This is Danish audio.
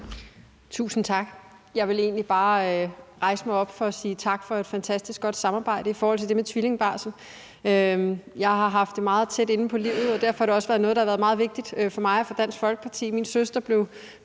Tusind tak. Jeg ville egentlig bare rejse mig op for at sige tak for et fantastisk godt samarbejde i forhold til det med tvillingebarsel. Jeg har haft det meget tæt inde på livet, og derfor har det også været noget, der har været meget vigtigt for mig og for Dansk Folkeparti. Min søster blev